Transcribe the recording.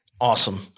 Awesome